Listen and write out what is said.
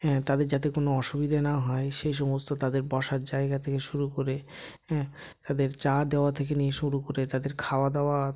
হ্যাঁ তাদের যাতে কোনও অসুবিধে না হয় সেই সমস্ত তাদের বসার জায়গা থেকে শুরু করে হ্যাঁ তাদের চা দেওয়া থেকে নিয়ে শুরু করে তাদের খাওয়াদাওয়া